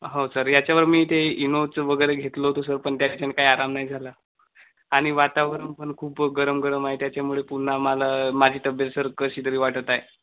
हो सर याच्यावर मी ते इनोज वगैरे घेतलं होतं सर पण त्याच्यानं काय आराम नाही झाला आणि वातावरण पण खूप गरम गरम आहे त्याच्यामुळे पुन्हा मला माझी तब्येत सर कशीतरी वाटत आहे